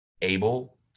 able